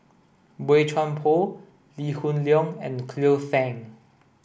Boey Chuan Poh Lee Hoon Leong and Cleo Thang